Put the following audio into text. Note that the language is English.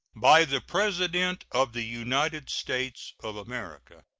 by the president of the united states of america.